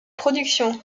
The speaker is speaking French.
production